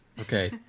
Okay